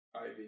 Ivy